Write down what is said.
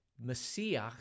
Messiah